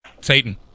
Satan